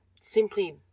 simply